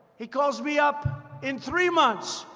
he calls me up in three months.